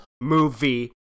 movie